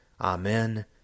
Amen